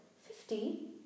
Fifty